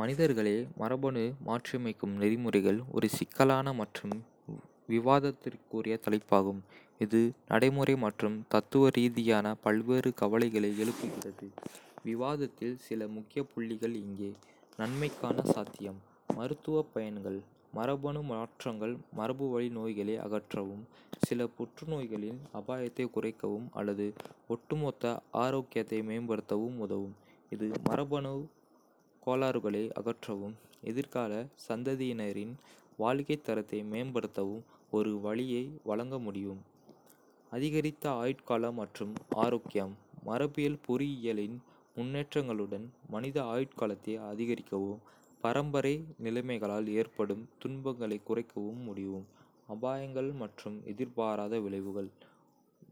மனிதர்களை மரபணு மாற்றியமைக்கும் நெறிமுறைகள் ஒரு சிக்கலான மற்றும் விவாதத்திற்குரிய தலைப்பாகும், இது நடைமுறை மற்றும் தத்துவ ரீதியான பல்வேறு கவலைகளை எழுப்புகிறது. விவாதத்தில் சில முக்கிய புள்ளிகள் இங்கே. நன்மைக்கான சாத்தியம். மருத்துவப் பயன்கள் மரபணு மாற்றங்கள் மரபுவழி நோய்களை அகற்றவும், சில புற்றுநோய்களின் அபாயத்தைக் குறைக்கவும் அல்லது ஒட்டுமொத்த ஆரோக்கியத்தை மேம்படுத்தவும் உதவும். இது மரபணு கோளாறுகளை அகற்றவும், எதிர்கால சந்ததியினரின் வாழ்க்கைத் தரத்தை மேம்படுத்தவும் ஒரு வழியை வழங்க முடியும். அதிகரித்த ஆயுட்காலம் மற்றும் ஆரோக்கியம் மரபியல் பொறியியலின் முன்னேற்றங்களுடன், மனித ஆயுட்காலத்தை அதிகரிக்கவும், பரம்பரை நிலைமைகளால் ஏற்படும் துன்பங்களைக் குறைக்கவும் முடியும். அபாயங்கள் மற்றும் எதிர்பாராத விளைவுகள்.